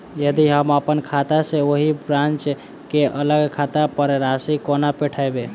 यदि हम अप्पन खाता सँ ओही ब्रांच केँ अलग खाता पर राशि कोना पठेबै?